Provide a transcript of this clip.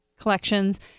collections